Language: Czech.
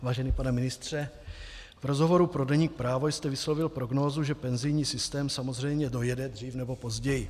Vážený pane ministře, v rozhovoru pro deník Právo jste vyslovil prognózu, že penzijní systém samozřejmě dojede dřív nebo později.